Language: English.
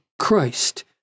christ